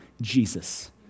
Jesus